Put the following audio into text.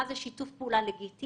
מה זה שיתוף פעולה לגיטימי,